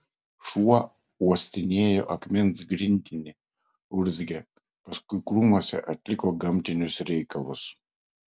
šuo uostinėjo akmens grindinį urzgė paskui krūmuose atliko gamtinius reikalus